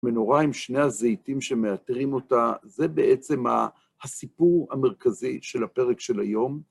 מנורה עם שני הזיתים שמעטרים אותה, זה בעצם הסיפור המרכזי של הפרק של היום.